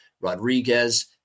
Rodriguez